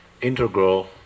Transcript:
integral